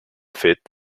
fet